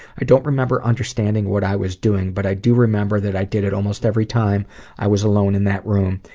i don't remember understanding what i was doing, but i do remember that i did it almost every time i was alone in that room,